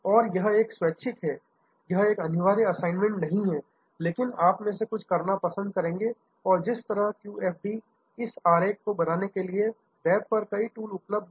और यह एक स्वैच्छिक है यह एक अनिवार्य असाइनमेंट नहीं है लेकिन आप में से कुछ करना पसंद करेंगे और जिस तरह से QFD है इस आरेख को बनाने के लिए वेब पर कई टूल उपलब्ध हैं